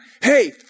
Hey